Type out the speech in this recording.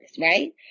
right